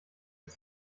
bis